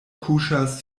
kuŝas